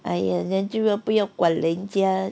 !aiya! 那就不要管人家